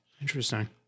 Interesting